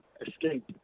Escape